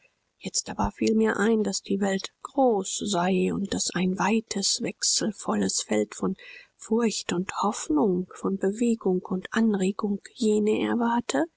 jetzt aber fiel mir ein daß die welt groß sei und daß ein weites wechselvolles feld von furcht und hoffnung von bewegung und anregung jene erwarte